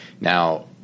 Now